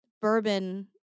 bourbon